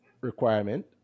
requirement